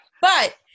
But-